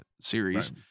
series